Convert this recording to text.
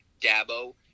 Dabo